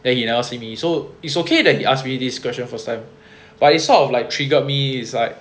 then he never see me so it's okay that he ask me this question first time but it's sort of like triggered me is like